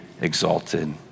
exalted